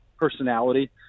personality